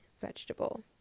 vegetable